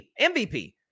MVP